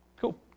Cool